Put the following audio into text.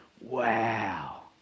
wow